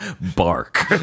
bark